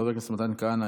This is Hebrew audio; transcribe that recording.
חבר הכנסת מתן כהנא,